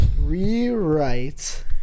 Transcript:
...rewrite